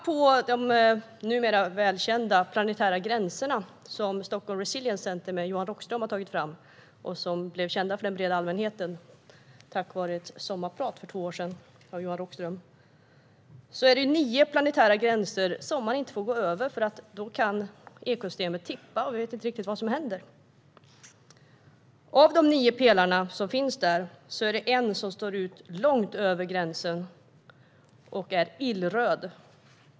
De numera välkända planetära gränserna, som Stockholm Resilience Centre och Johan Rockström har tagit fram, blev kända för den breda allmänheten tack vare Johan Rockströms Sommar program för två år sedan. Det finns nio planetära gränser som man inte får överskrida, för då kan ekosystemet tippa, och vi vet inte riktigt vad som då händer. Av de nio pelare som finns där är det en som går långt över gränsen och är illröd.